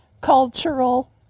cultural